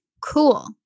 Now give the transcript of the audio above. cool